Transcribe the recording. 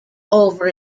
over